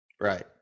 Right